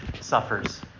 suffers